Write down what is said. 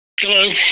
Hello